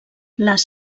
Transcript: les